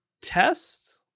test